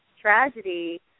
tragedy